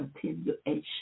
continuation